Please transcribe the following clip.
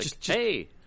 hey